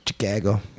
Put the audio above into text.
Chicago